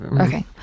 Okay